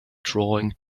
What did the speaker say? drawing